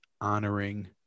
honoring